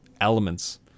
elements